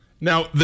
now